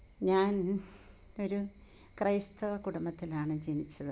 ഞാൻ ഒരു ക്രൈസ്തവ കുടുംബത്തിലാണ് ജനിച്ചത്